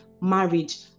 marriage